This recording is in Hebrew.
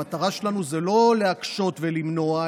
המטרה שלנו היא לא להקשות ולמנוע,